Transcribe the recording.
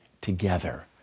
together